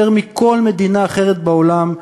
יותר מכל מדינה אחרת בעולם,